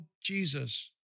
Jesus